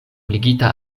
ligita